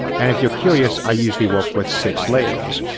and if you're curious i usually work with six layers,